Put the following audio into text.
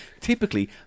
typically